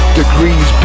degrees